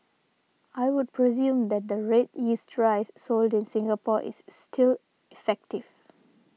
I would presume that the red yeast dries sold in Singapore is still effective